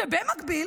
ובמקביל